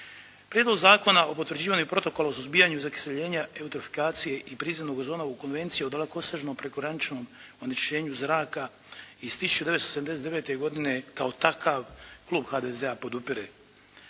Prijedlog zakona o potvrđivanju Protokola o suzbijanju zakiseljenja, eutrofikacije i prizemnog ozona u Konvenciji o dalekosežnom prekograničnom onečišćenju zraka iz 1979. godine kao takav klub HDZ-a podupire.